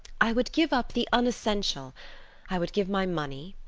i would give up the unessential i would give my money,